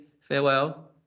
farewell